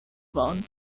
waren